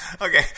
Okay